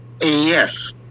Yes